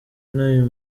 n’uyu